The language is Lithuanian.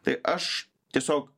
tai aš tiesiog